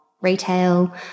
retail